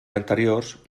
anteriors